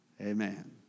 Amen